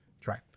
try